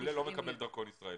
עולה לא מקבל דרכון ישראל.